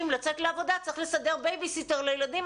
לצאת לעבודה צריך לסדר בייביסיטר לילדים.